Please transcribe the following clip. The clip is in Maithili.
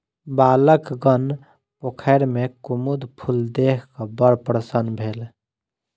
बालकगण पोखैर में कुमुद फूल देख क बड़ प्रसन्न भेल